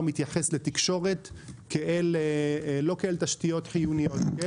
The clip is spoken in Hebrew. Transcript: מתייחס לתקשורת לא כאל תשתיות חיוניות.